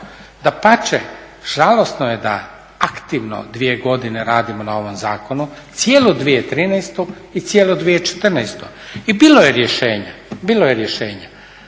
Dapače, žalosno je da aktivno dvije godine radimo na ovom zakonu, cijelu 2013. i cijelu 2014. ibilo je rješenja, bilo je rješenja.